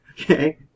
Okay